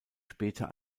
später